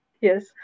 Yes